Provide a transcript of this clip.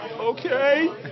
okay